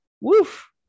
woof